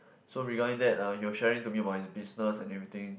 so regarding that he was sharing to me about his business and everything